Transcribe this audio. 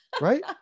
right